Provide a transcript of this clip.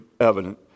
evident